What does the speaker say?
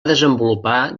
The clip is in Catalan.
desenvolupar